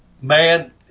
man